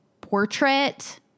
portrait